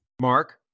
Mark